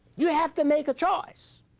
you have to make a choice.